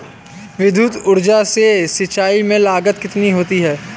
विद्युत ऊर्जा से सिंचाई में लागत कितनी होती है?